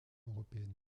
européenne